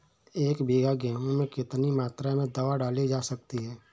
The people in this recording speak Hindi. एक बीघा गेहूँ में कितनी मात्रा में दवा डाली जा सकती है?